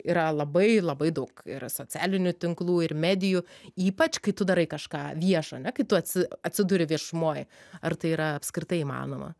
yra labai labai daug ir socialinių tinklų ir medijų ypač kai tu darai kažką viešo ane kai tu atsi atsiduri viešumoj ar tai yra apskritai įmanoma